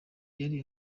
yari